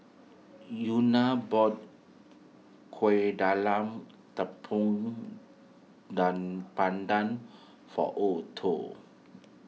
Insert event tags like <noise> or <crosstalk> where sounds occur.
Euna bought Kuih Talam Tepong <unintelligible> Pandan for Otho